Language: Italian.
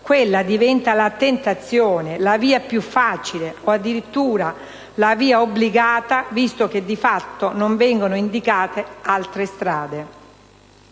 quella diventa la tentazione, la via più facile o addirittura la via obbligata, visto che di fatto non vengono indicate altre strade.